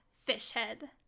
Fishhead